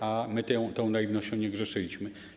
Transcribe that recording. A my tą naiwnością nie grzeszyliśmy.